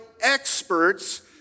experts